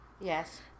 Yes